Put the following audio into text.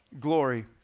glory